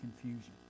confusion